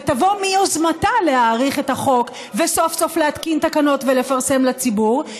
ותבוא מיוזמתה להאריך את החוק וסוף-סוף להתקין תקנות ולפרסם לציבור,